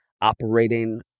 operating